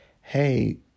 hey